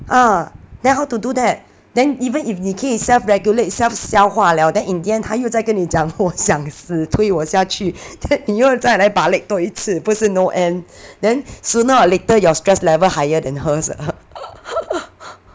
uh then how to do that then even if 你可以 self-regulate self 消化了 then in the end 她又再跟你讲我想死推我下去 then 你又再来 balik 多一次不是 no end then sooner or later your stress level higher than hers uh